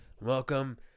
Welcome